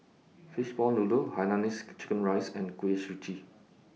Fishball Noodle Hainanese Curry Rice and Kuih Suji